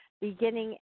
beginning